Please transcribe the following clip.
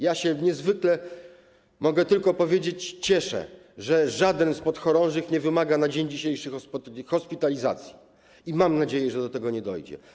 Ja się niezwykle, mogę tylko to powiedzieć, cieszę, że żaden z podchorążych nie wymaga na dzień dzisiejszy hospitalizacji, i mam nadzieje, że do tego nie dojdzie.